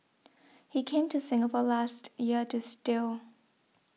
he came to Singapore last year to steal